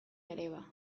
greba